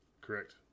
Correct